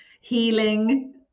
healing